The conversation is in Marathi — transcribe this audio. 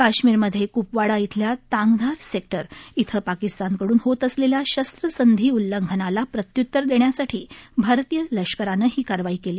काश्मीरमध्ये कृपवाडा इथल्या तांगधार सेक्टर इथं पाकिस्तानकडून होत असलेल्या शस्त्रसंधी उल्लंघनाला प्रत्यूतर देण्यासाठी भारतीय लष्करानं ही कारवाई केली